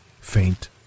faint